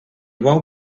bou